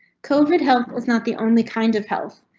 covert health was not the only kind of health.